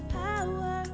power